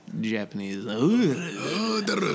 Japanese